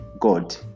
God